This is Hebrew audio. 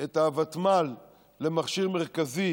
את הוותמ"ל למכשיר מרכזי